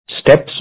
steps